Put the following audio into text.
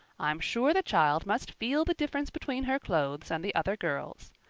i'm sure the child must feel the difference between her clothes and the other girls'.